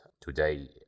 Today